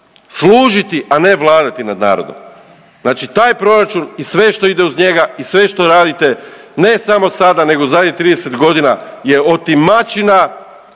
služiti, a ne vladati nad narodom. Znači taj proračun i sve što ide uz njega i sve što radite ne samo sada nego zadnjih 30.g. je otimačina,